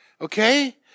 Okay